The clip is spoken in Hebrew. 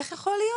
איך יכול להיות?